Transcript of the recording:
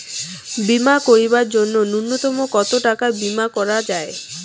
বীমা করিবার জন্য নূন্যতম কতো টাকার বীমা করা যায়?